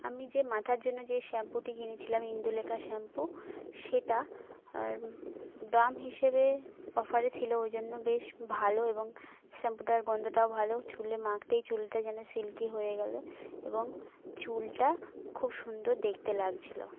আমি যে মাথার জন্য যে শ্যাম্পুটি কিনেছিলাম ইন্দুলেখা শ্যাম্পু সেটা দাম হিসেবে অফারে ছিল ওই জন্য বেশ ভালো এবং শ্যাম্পুটার গন্ধটাও ভালো চুলে মাখতেই চুলটা যেন সিল্কি হয়ে গেল এবং চুলটা খুব সুন্দর দেখতে লাগছিলো